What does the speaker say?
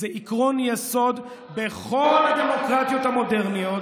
זה עקרון יסוד בכל הדמוקרטיות המודרניות,